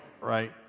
right